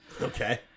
Okay